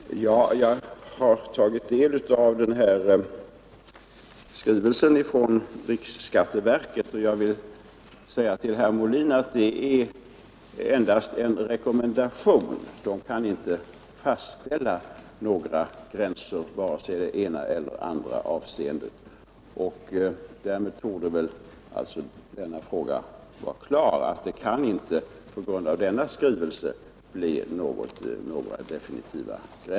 Herr talman! Jag har tagit del av skrivelsen från riksskatteverket, och jag vill säga till herr Molin att den är endast en rekommendation. Verket kan inte fastställa några gränser vare sig i det ena eller det andra avseendet. Några definitiva gränser kan alltså inte bli fastställda på grundval av denna skrivelse.